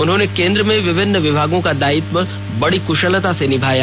उन्होंने केंद्र में विभिन्न विभागों का दायित्व बड़ी कुशलता से निभाया